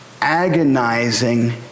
agonizing